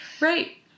Right